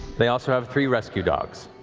they also have three rescue dogs.